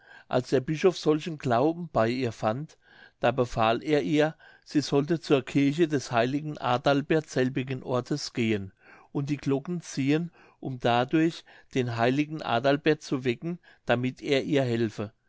als der bischof solchen glauben bei ihr fand da befahl er ihr sie sollte zur kirche des heiligen adalbert selbigen ortes gehen und die glocke ziehen um dadurch den heiligen adalbert zu wecken damit er ihr helfe